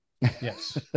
yes